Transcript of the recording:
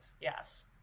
yes